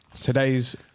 Today's